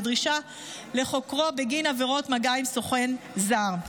בדרישה לחוקרו בגין עבירות של מגע עם סוכן זר.